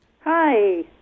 Hi